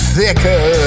thicker